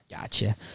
Gotcha